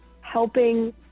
helping